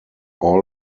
all